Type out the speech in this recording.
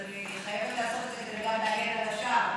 אז אני חייבת לעשות את זה כדי גם להגן על השאר.